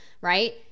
right